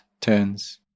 turns